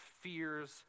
fears